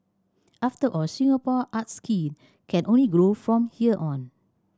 after all Singapore art scene can only grow from here on